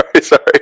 sorry